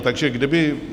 Takže kdyby...